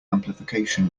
amplification